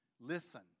Listen